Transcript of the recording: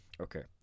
okay